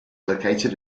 located